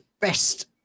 best